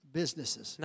businesses